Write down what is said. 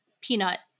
peanut